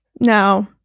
No